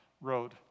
wrote